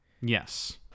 Yes